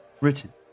Written